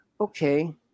okay